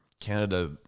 canada